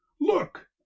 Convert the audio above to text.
Look